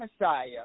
messiah